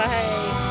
Bye